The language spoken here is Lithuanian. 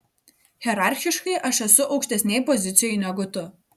hierarchiškai aš esu aukštesnėj pozicijoj negu tu